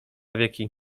wieki